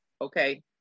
Okay